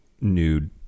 nude